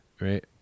right